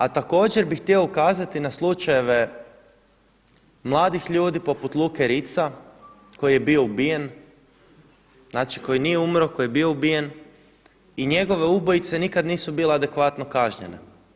A također bih htio ukazati na slučajeve mladih ljudi poput Luke Ritza koji je bio ubijen, znači koji nije umro, koji je bio ubijen i njegove ubojice nikada nisu bile adekvatno kažnjene.